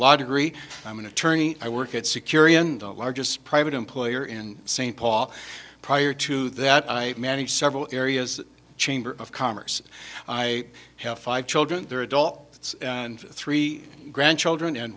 law degree i'm an attorney i work at security in the largest private employer in st paul prior to that i manage several areas chamber of commerce i have five children their adult and three grandchildren and